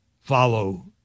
follow